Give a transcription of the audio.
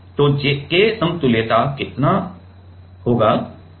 तो K समतुल्यता कितना के बराबर होगा